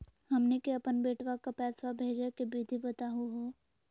हमनी के अपन बेटवा क पैसवा भेजै के विधि बताहु हो?